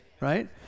right